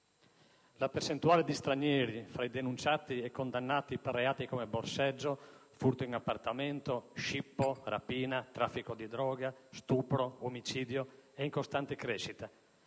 La percentuale di stranieri fra i denunciati e condannati per reati come borseggio, furto in appartamento, scippo, rapina, traffico di droga, stupro, omicidio è in costante crescita.